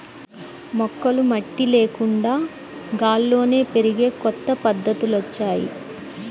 మొక్కలు మట్టి లేకుండా గాల్లోనే పెరిగే కొత్త పద్ధతులొచ్చాయ్